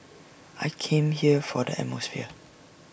I came here for the atmosphere